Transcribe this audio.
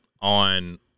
on